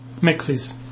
mixes